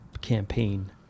campaign